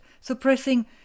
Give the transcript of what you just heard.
suppressing